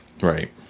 Right